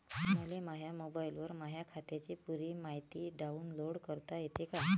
मले माह्या मोबाईलवर माह्या खात्याची पुरी मायती डाऊनलोड करता येते का?